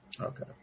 Okay